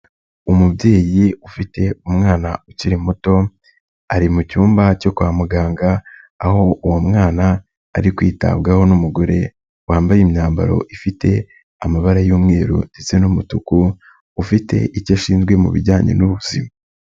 Umubyeyi ufite umwana ukiri muto, ari mu cyumba cyo kwa muganga, aho uwo mwana ari kwitabwaho n'umugore wambaye imyambaro ifite amabara y'umweru ndetse n'umutuku, ufite icyo ashinzwe mu bijyanye n'ubuzima.